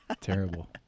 terrible